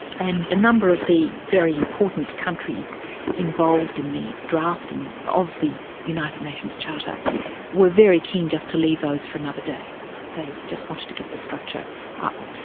and a number of the very important countries involved in the drafting of the united nations charter were very keen just to leave those for another day they just wanted to get the structure up.